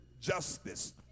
justice